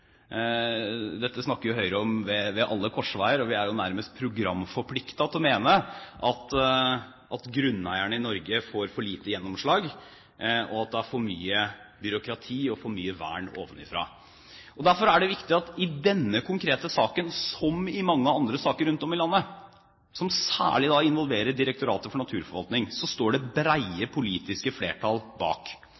nærmest programforpliktet til å mene at grunneierne i Norge får for lite gjennomslag, og at det er for mye byråkrati og for mye vern ovenfra. Derfor er det viktig at det i denne konkrete saken, som i mange andre saker rundt om i landet, saker som særlig involverer Direktoratet for naturforvaltning, står